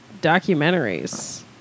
documentaries